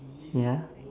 ya